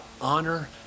honor